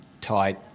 tight